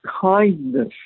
kindness